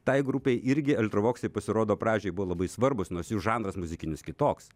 tai grupei irgi eltravoksai pasirodo pradžiai buvo labai svarbūs nors jų žanras muzikinis kitoks